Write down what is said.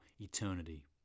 eternity